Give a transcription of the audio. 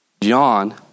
John